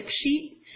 sheet